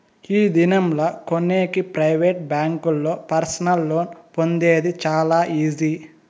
ఈ దినం లా కొనేకి ప్రైవేట్ బ్యాంకుల్లో పర్సనల్ లోన్ పొందేది చాలా ఈజీ